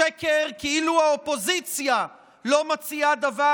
השקר כאילו האופוזיציה לא מציעה דבר